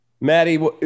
Maddie